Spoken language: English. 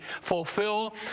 fulfill